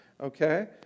Okay